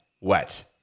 wet